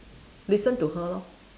listen to her lor